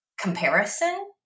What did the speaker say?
Comparison